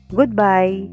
goodbye